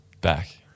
back